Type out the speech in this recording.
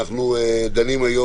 אנחנו דנים היום